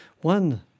one